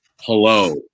Hello